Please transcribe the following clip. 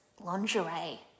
lingerie